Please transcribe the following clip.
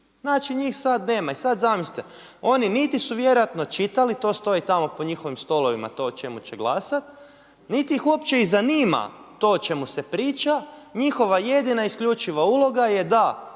Znači, njih sada nema. I sada zamislite, oni niti su vjerojatno čitali, to stoji tamo po njihovim stolovima, to o čemu će glasati, niti ih uopće i zanima to o čemu se priča, njihova jedina isključivala uloga je da